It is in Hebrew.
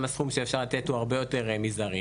הסכום שאפשר לתת הוא הרבה יותר מזערי.